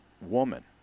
woman